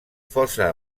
fosa